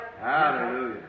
Hallelujah